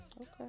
Okay